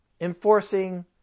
enforcing